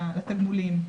לתגמולים,